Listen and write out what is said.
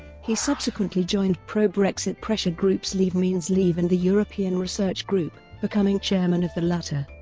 he subsequently joined pro-brexit pressure groups leave means leave and the european research group, becoming chairman of the latter.